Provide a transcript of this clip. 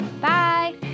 bye